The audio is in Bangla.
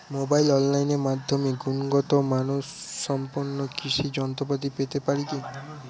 মোবাইলে অনলাইনের মাধ্যমে গুণগত মানসম্পন্ন কৃষি যন্ত্রপাতি পেতে পারি কি?